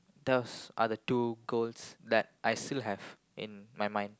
those are the two goals that I still have in mind